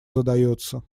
задается